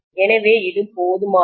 எனவே இது போதுமானது